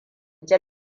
da